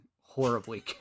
horribly